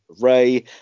Ray